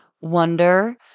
wonder